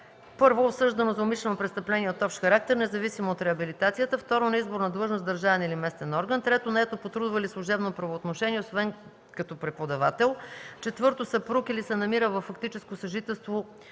е: 1. осъждано за умишлено престъпление от общ характер, независимо от реабилитацията; 2. на изборна длъжност в държавен или местен орган; 3. наето по трудово или служебно правоотношение, освен като преподавател; 4. съпруг или се намира във фактическо съжителство,